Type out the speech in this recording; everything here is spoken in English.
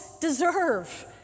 deserve